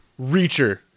Reacher